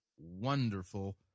wonderful